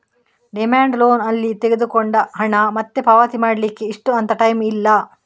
demand loan ಅಲ್ಲಿ ತಗೊಂಡ ಹಣ ಮತ್ತೆ ಪಾವತಿ ಮಾಡ್ಲಿಕ್ಕೆ ಇಷ್ಟು ಅಂತ ಟೈಮ್ ಇಲ್ಲ